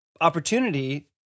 opportunity